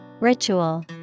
Ritual